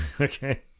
okay